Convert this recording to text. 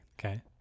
Okay